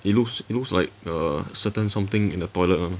it looks it looks like a certain something in a toilet [one]